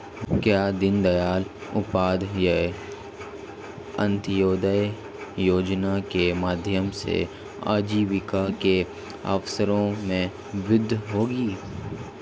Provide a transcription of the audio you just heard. क्या दीन दयाल उपाध्याय अंत्योदय योजना के माध्यम से आजीविका के अवसरों में वृद्धि होगी?